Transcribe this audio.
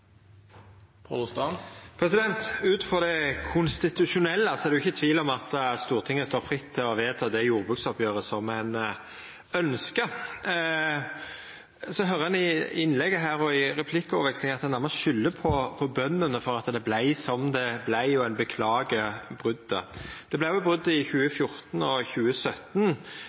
det ikkje tvil om at Stortinget står fritt til å vedta det jordbruksoppgjeret som ein ønskjer. Så høyrer ein i innlegget her og i replikkvekslinga at ein nærmast skyldar på bøndene for at det vart som det vart, og ein beklagar brotet. Det vart jo brot i 2014 og i 2017.